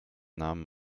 namen